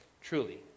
truly